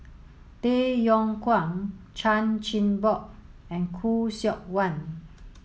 Tay Yong Kwang Chan Chin Bock and Khoo Seok Wan